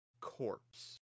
corpse